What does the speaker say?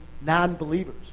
non-believers